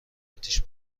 اتیش